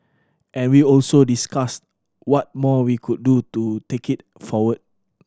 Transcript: and we also discussed what more we could do to take it forward